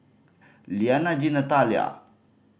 Lianna Jean Nathalia